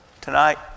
Tonight